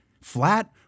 flat